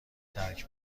ترک